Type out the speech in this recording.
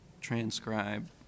transcribe